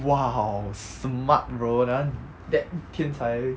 !wow! smart bro that [one] 天才